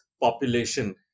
population